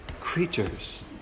creatures